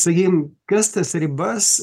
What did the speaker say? sakykim kas tas ribas